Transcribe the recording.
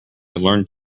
learnt